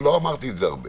ולא אמרתי את זה הרבה